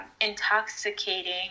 intoxicating